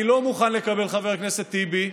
אני לא מוכן לקבל, חבר הכנסת טיבי,